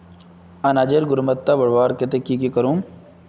अनाजेर गुणवत्ता बढ़वार केते की करूम?